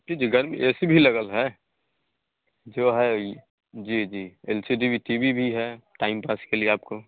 जी जी गर्मी A C भी लगल है जो है ई जी जी एल सी डी भी टी बी भी है टाइम पास के लिए आपको